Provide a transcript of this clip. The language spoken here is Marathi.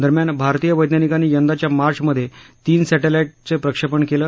दरम्यान भारतीय वैज्ञानिकांनी यंदाच्या मार्चमध्येच तीन उपग्रहांचं प्रक्षेपण केलं